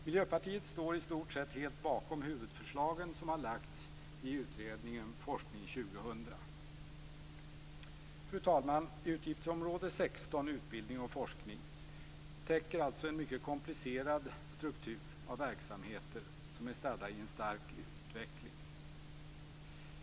Miljöpartiet står i stort sett helt bakom de huvudförslag som har lagts fram i utredningen Forskning 2000. Fru talman! Utgiftsområde 16, utbildning och forskning, täcker alltså en mycket komplicerad struktur av verksamheter som är stadda i en stark utveckling.